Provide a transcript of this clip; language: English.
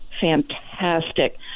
fantastic